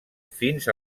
fins